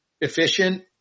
efficient